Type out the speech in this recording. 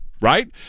right